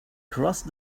crossed